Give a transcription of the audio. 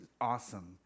awesome